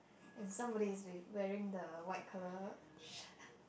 and somebody is wearing the white colour shirt